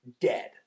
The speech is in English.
dead